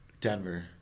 Denver